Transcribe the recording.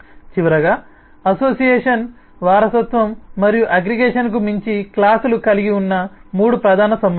చివరగా అసోసియేషన్ వారసత్వం మరియు అగ్రిగేషన్కు మించి క్లాస్ లు కలిగి ఉన్న మూడు ప్రధాన సంబంధాలు